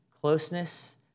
closeness